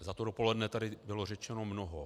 Za to dopoledne tady bylo řečeno mnoho.